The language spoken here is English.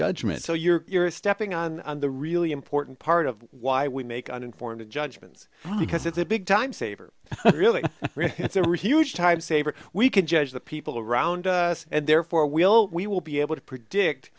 judgement so you're stepping on the really important part of why we make uninformed judgments because it's a big timesaver really it's a really huge time saver we can judge the people around us and therefore we'll we will be able to predict